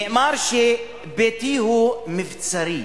נאמר שביתי הוא מבצרי.